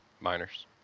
Miners